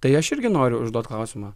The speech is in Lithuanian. tai aš irgi noriu užduot klausimą